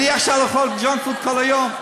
אבל בריא עכשיו לאכול ג'אנק פוד כל היום?